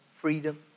freedom